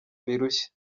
birushya